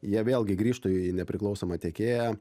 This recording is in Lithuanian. jie vėlgi grįžtų į nepriklausomą tiekėją